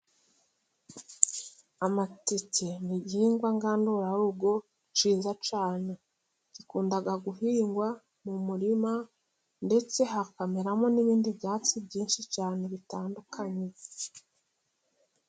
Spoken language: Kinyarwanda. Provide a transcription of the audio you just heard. Amateke ni igihingwa ngandurarugo cyiza cyane, gikunda guhingwa mu murima ndetse hakameramo n'ibindi byatsi byinshi cyane bitandukanye.